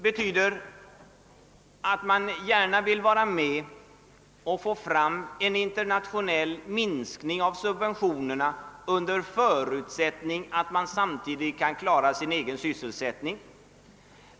Man vill gärna vara med om en internationell minskning av subventionerna, men förutsättningen är att man samtidigt kan klara sin egen Sysselsättning.